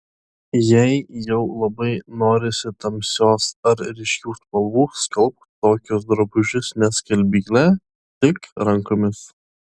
jei jau labai norisi tamsios ar ryškių spalvų skalbk tokius drabužius ne skalbykle tik rankomis